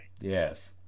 Yes